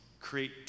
create